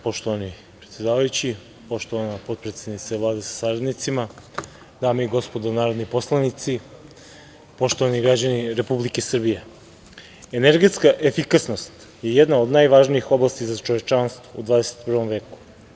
Poštovani predsedavajući, poštovana potpredsednice Vlade sa saradnicima, dame i gospodo narodni poslanici, poštovani građani Republike Srbije, energetska efikasnost je jedna od najvažnijih oblasti za čovečanstvo u 21. veku.